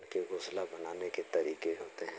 के घोंसला बनाने के तरीके होते हैं